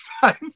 five